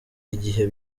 igihe